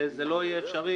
לא יהיה אפשרי,